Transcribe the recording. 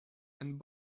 and